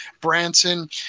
Branson